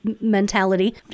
mentality